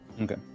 Okay